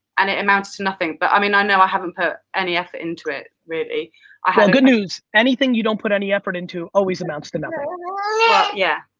and it amounts to nothing. but i mean, i know i haven't put any effort into it really, i have well good news, anything you don't put any effort into always amounts to nothing. well yeah,